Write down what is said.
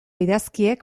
idazkiek